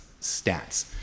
stats